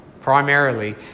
primarily